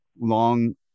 long